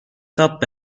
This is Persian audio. تاپ